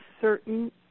certain